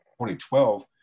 2012